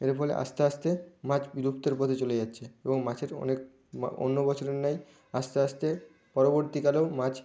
এর ফলে আস্তে আস্তে মাছ বিলুপ্তের পথে চলে যাচ্ছে এবং মাছের অনেক মা অন্য বছরের ন্যায় আস্তে আস্তে পরবর্তীকালেও মাছ